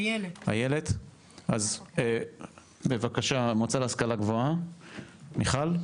אז בבקשה המועצה להשכלה גבוהה מיכל?